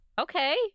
okay